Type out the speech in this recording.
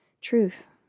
truth